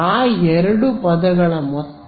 ಅದು ಆ ಎರಡು ಪದಗಳ ಮೊತ್ತ